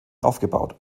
aufgebaut